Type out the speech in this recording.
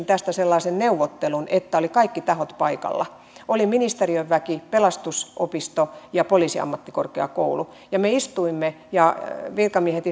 tästä sellaisen neuvottelun että kaikki tahot olivat paikalla oli ministeriön väki pelastusopisto ja poliisiammattikorkeakoulu ja me istuimme ja virkamiehet